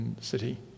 city